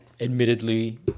admittedly